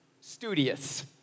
studious